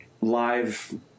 live